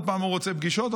עוד פעם הוא רוצה פגישות,